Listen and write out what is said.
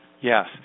Yes